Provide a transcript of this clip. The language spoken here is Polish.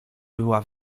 była